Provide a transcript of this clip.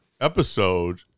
episode